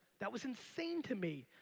that was insane to me.